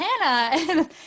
Hannah